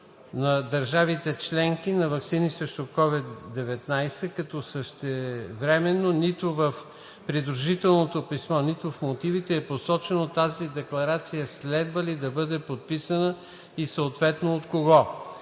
на държавите членки на ваксини срещу COVID-19, като същевременно нито в придружителното писмо, нито в мотивите е посочено тази декларация следва ли да бъде подписана и съответно от кого.